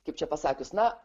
kaip čia pasakius na